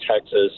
Texas